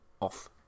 off